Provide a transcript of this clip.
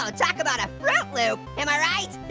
um talk about a fruit loop, am i right?